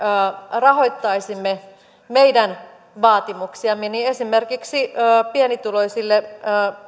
rahoittaisimme meidän vaatimuksiamme niin esimerkiksi pienituloisille